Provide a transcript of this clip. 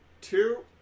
two